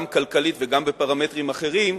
גם כלכלית וגם בפרמטרים אחרים,